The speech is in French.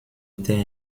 était